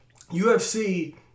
UFC